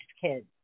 kids